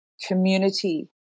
community